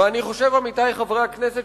ואני חושב, עמיתי חברי הכנסת,